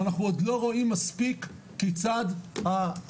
אבל אנחנו עוד לא רואים מספיק כיצד ההחלטות